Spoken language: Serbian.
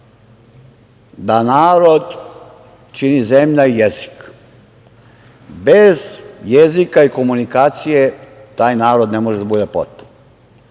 da narod čine zemlja i jezik. Bez jezika i komunikacije taj narod ne može da bude potpun. Mi